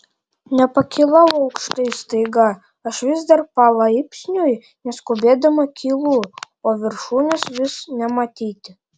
nepakilau aukštai staiga aš vis dar palaipsniui neskubėdama kylu o viršūnės vis nematyti